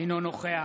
אינו נוכח